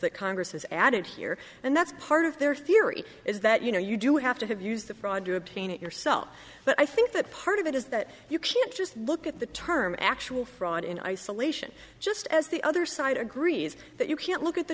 that congress has added here and that's part of their theory is that you know you do have to have used the fraud to obtain it yourself but i think that part of it is that you can't just look at the term actual fraud in isolation just as the other side agrees that you can't look at the